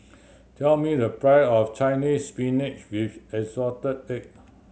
tell me the price of Chinese Spinach with assorted egg